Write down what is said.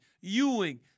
Ewing